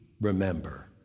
remember